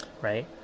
right